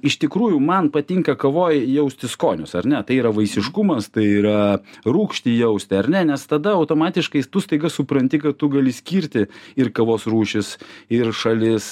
iš tikrųjų man patinka kavoj jausti skonius ar ne tai yra vaisiškumas tai yra rūgštį jausti ar ne nes tada automatiškai tu staiga supranti kad tu gali skirti ir kavos rūšis ir šalis